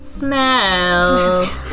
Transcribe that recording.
Smell